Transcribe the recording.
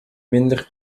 minder